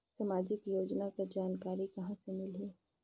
समाजिक योजना कर जानकारी कहाँ से मिलही?